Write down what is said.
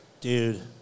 dude